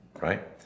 right